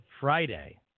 Friday